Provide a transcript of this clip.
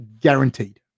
guaranteed